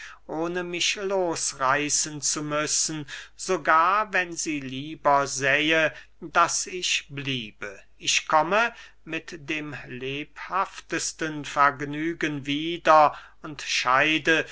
ohne mich losreißen zu müssen sogar wenn sie lieber sähe daß ich bliebe ich komme mit dem lebhaftesten vergnügen wieder und scheide